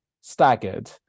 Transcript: staggered